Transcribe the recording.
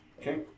Okay